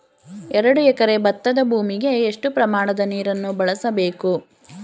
ಎರಡು ಎಕರೆ ಭತ್ತದ ಭೂಮಿಗೆ ಎಷ್ಟು ಪ್ರಮಾಣದ ನೀರನ್ನು ಬಳಸಬೇಕು?